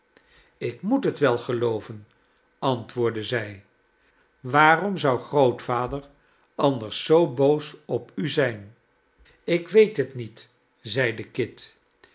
ik moet het wel gelooven antwoordde zij waarom zou grootvader anders zoo boos op u zijn ik weethet niet zeide kit